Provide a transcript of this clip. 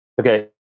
Okay